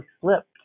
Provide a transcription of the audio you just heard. slipped